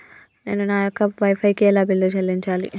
నేను నా యొక్క వై ఫై కి ఎలా బిల్లు చెల్లించాలి?